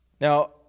Now